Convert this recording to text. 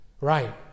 right